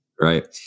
Right